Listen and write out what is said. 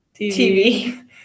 TV